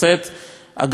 אגב, גם זה לא פשוט.